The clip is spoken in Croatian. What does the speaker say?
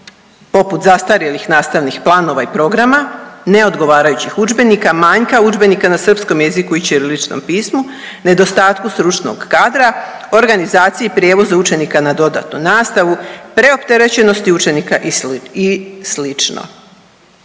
poput zastarjelih nastavnih planova i programa, neodgovarajućih udžbenika, manjka udžbenika na srpskom jeziku i ćiriličnom pismu, nedostatku stručnog kadra, organizacije i prijevoza učenika na dodatnu nastavu, preopterećenosti učenika i